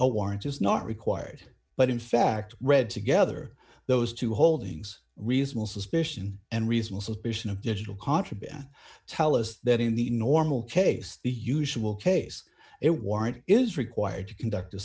warrant is not required but in fact read together those two holdings reasonable suspicion and reasonable suspicion of digital contraband tell us that in the normal case the usual case it warrant is required to conduct